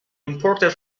imported